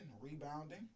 Rebounding